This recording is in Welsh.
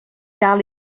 dal